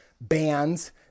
bands